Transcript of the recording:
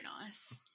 nice